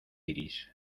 iris